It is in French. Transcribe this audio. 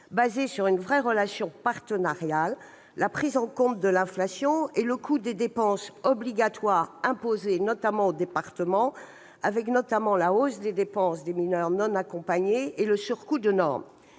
fondée sur une vraie relation partenariale et la prise en compte de l'inflation et du coût des dépenses obligatoires imposées en particulier aux départements, avec notamment la hausse des dépenses liées aux mineurs non accompagnés et le surcoût de normes.